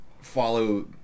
follow